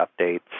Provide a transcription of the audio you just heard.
updates